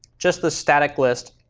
just the static list.